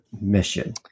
mission